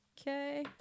Okay